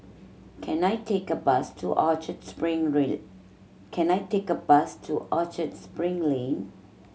can I take a bus to Orchard Spring Lane